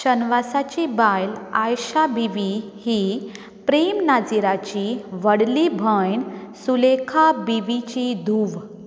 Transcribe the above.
शनवासाची बायल आयशा बीवी ही प्रेम नाझीराची व्हडली भयण सुलेखा बीवीची धूव